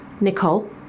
Nicole